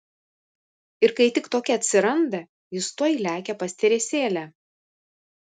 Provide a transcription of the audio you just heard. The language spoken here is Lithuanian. ir kai tik tokia atsiranda jis tuoj lekia pas teresėlę